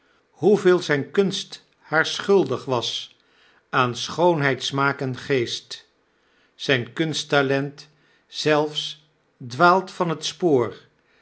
hoeveel zgn kunst haar schuldig was aan schoonheid smaak en geest zyn kunsttalent zelfs dwaalt van t spoor